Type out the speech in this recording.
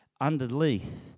Underneath